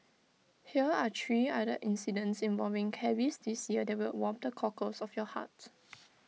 hear are three other incidents involving cabbies this year that will warm the cockles of your hearts